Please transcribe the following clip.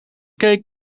cake